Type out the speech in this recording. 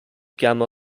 gamma